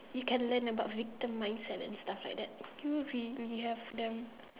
you can learn about victimize and then stuff like that do we really have them